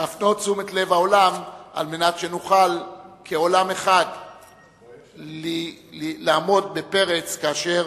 להפנות תשומת לב העולם על מנת שנוכל כעולם אחד לעמוד בפרץ כאשר